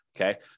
Okay